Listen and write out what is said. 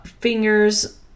fingers